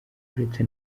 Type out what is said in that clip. uretse